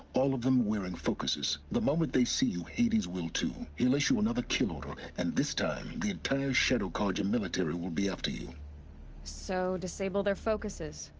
all of them wearing focuses the moment they see you, hades will too he'll issue another kill order, and this time, the entire shadow carja military will be after you so. disable their focuses.